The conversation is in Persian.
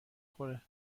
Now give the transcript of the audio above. خوره